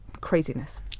craziness